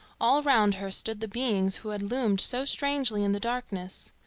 all round her stood the beings who had loomed so strangely in the darkness.